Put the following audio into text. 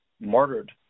martyred